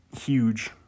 huge